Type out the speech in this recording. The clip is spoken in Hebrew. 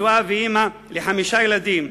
נשואה ואמא לחמישה ילדים,